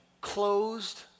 closed